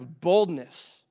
boldness